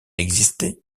existait